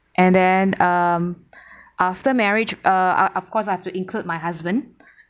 and then um after marriage uh of course I have to include my husband